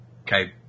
okay